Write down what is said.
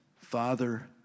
Father